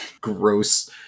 gross